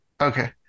Okay